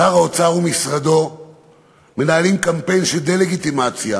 שר האוצר ומשרדו מנהלים קמפיין של דה-לגיטימציה